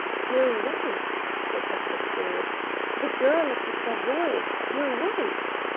your wife, protested ford the girl at the savoy, your wife.